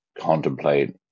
contemplate